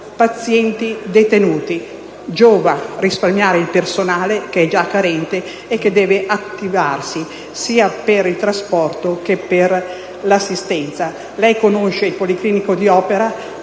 pazienti detenuti). Giova invece risparmiare il personale, che è già carente e che deve attivarsi sia per il trasporto, che per l'assistenza. Signor Ministro, lei conoscerà il Policlinico di Opera;